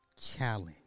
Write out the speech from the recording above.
challenge